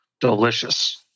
Delicious